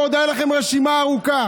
ועוד הייתה לכם רשימה ארוכה.